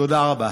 תודה רבה.